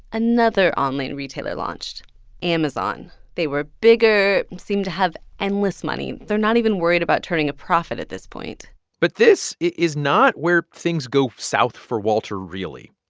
another online retailer launched amazon. they were bigger and seemed to have endless money. they're not even worried about turning a profit at this point but this is not where things go south for walter really.